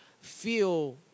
feel